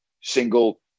single